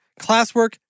classwork